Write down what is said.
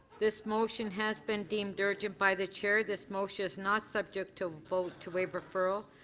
this motion has been deemed urgent by the chair. this motion is not subject to a vote to waive referral.